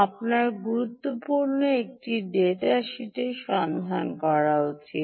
আপনার খুব গুরুত্বপূর্ণ একটি ডেটা শীটে সন্ধান করা উচিত